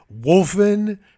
Wolfen